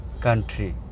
country